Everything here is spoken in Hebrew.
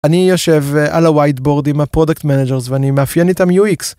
אני יושב על הווייד בורד עם הפרודקט מנג'ר ואני מאפיין איתם ux.